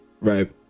Right